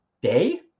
day